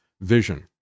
vision